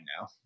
now